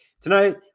Tonight